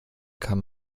kann